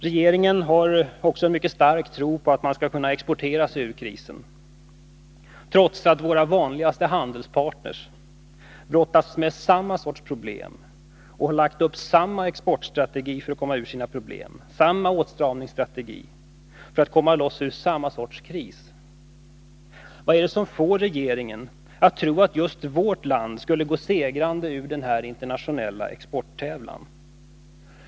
Regeringen har också en mycket stark tro på att man skall kunna exportera sig ur krisen, trots att våra vanligaste handelspartner brottas med samma sorts problem och har lagt upp samma exportstrategi, samma åtstramnings strategi, för att komma loss ur samma sorts kris. Vad är det som får regeringen att tro att just vårt land skulle gå segrande ur denna internationella exporttävlan?